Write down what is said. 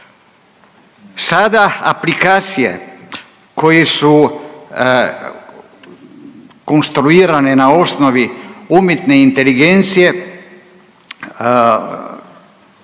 Sada aplikacije koje su konstruirane na osnovi umjetne inteligencije